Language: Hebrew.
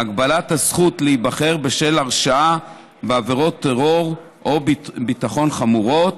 "הגבלת הזכות להיבחר בשל הרשעה בעבירת טרור או ביטחון חמורה: